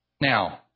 Now